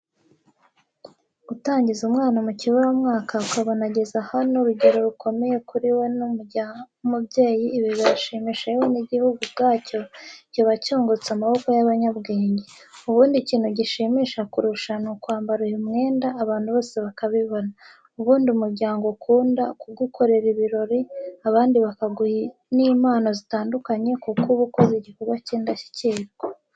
Gutangiza umwana mukiburamwaka ukabona ageze aha n'urugendo rukomeye kuri we no k'umubyeyi ibi birashimisha yewe n'igihugu ubwacyo kiba cyungutse amaboko y'abanyabwenge. Ubundi ikintu gishimisha kurusha ni ukwambara uyu mwebda abantu bose bakabibona. Ubundi umuryango ukunda kugukorera ibirori. Abandi bakaguha n'impano zitandukanye kuko uba ukoze igikorwa cy'indashyikirwa.